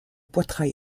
poitrail